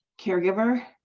caregiver